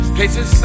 Places